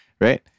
right